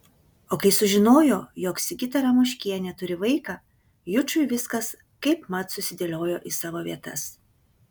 o kai sužinojo jog sigita ramoškienė turi vaiką jučui viskas kaipmat susidėliojo į savo vietas